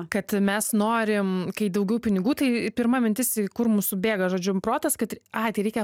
kad mes norim kai daugiau pinigų tai pirma mintis kur mūsų bėga žodžių protas kad ai tai reikia